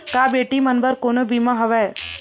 का बेटी मन बर कोनो बीमा हवय?